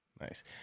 Nice